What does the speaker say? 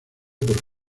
por